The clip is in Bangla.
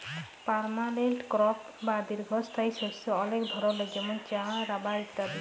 পার্মালেল্ট ক্রপ বা দীঘ্ঘস্থায়ী শস্য অলেক ধরলের যেমল চাঁ, রাবার ইত্যাদি